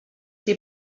die